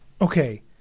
Okay